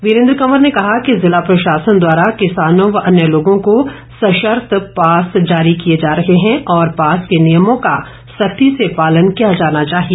वीरेंद्र कंवर ने कहा कि जिला प्रशासन द्वारा किसानों व अन्य लोगों को संशर्त पास जारी किए जा रहे है और पास के नियमों का सख्ती से पालन किया जाना चाहिए